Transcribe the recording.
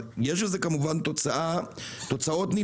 יש לזה כמובן תוצאות נלוות,